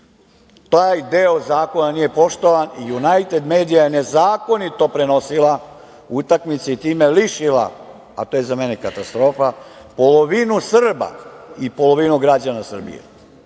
deo zakona nije poštovan i "Junajted medija" je nezakonito prenosila utakmice i time lišila, a to je za mene katastrofa, polovinu Srba i polovinu građana Srbije,